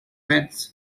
metz